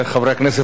חברי הכנסת,